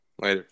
Later